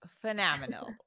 phenomenal